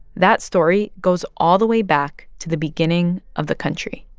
that story goes all the way back to the beginning of the country